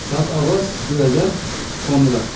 सात अगस्त दुई हजार पन्ध्र